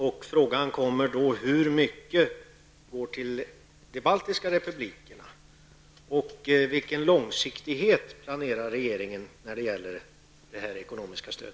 Min fråga är då: Hur mycket går till de baltiska republikerna, och vilken långsiktighet har regeringen när det gäller detta ekonomiska stöd?